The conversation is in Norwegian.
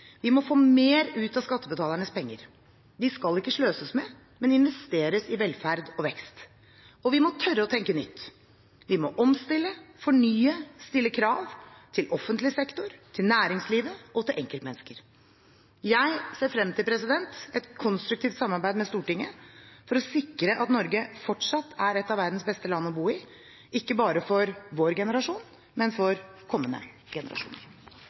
Vi må få mer ut av skattebetalernes penger. De skal ikke sløses med, men investeres i velferd og vekst. Vi må tørre å tenke nytt. Vi må omstille, fornye og stille krav – til offentlig sektor, til næringslivet og til enkeltmennesker. Jeg ser frem til et konstruktivt samarbeid med Stortinget for å sikre at Norge fortsatt skal være et av verdens beste land å bo i – ikke bare for vår generasjon, men også for kommende generasjoner.